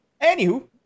Anywho